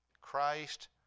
Christ